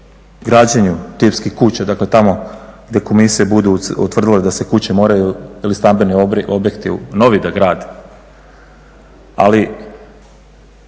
građenju tipskih kuća, dakle tamo gdje komisije budu utvrdile da se kuće moraju ili stambeni objekti novi graditi,